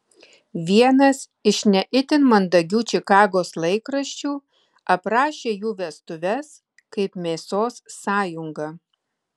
vienas iš ne itin mandagių čikagos laikraščių aprašė jų vestuves kaip mėsos sąjungą